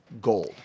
gold